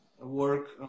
work